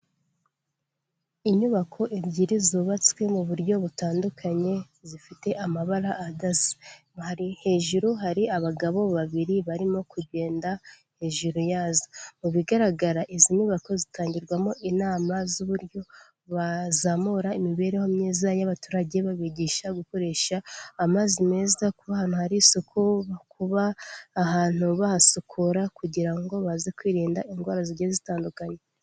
Inyubako ebyiri zubatswe mu buryo butandukanye, zifite amabara adasa. Hejuru hari abagabo babiri barimo kugenda hejuru yazo. Mu bigaragara izi nyubako zitangirwamo inama z'uburyo bazamura imibereho myiza y'abaturage, babigisha gukoresha amazi meza, ku ahantu hari isuku, kuba ahantu bahasukura kugira ngo baze kwirinda indwara zigiye zitandukanye.